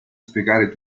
spiegare